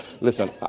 Listen